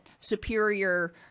superior